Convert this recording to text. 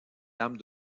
lame